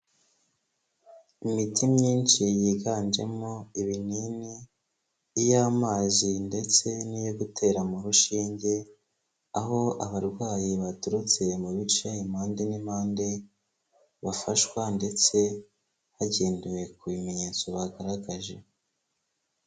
Imiti myinshi yiganjemo ibinini, iy'amazi ndetse n'iyo gutera mu rushinge, aho abarwayi baturutse mu bice impande n'impande bafashwa ndetse hagendewe ku bimenyetso bagaragaje.